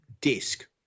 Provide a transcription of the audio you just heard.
disk